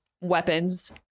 weapons